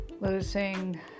Losing